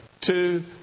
two